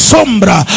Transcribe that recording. Sombra